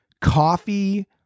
coffee